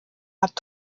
art